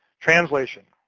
translation.